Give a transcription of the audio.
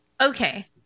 okay